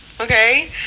Okay